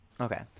Okay